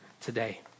today